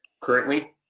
currently